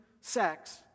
sex